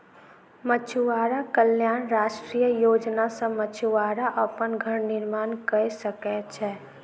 मछुआरा कल्याण राष्ट्रीय योजना सॅ मछुआरा अपन घर निर्माण कय सकै छै